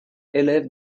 élève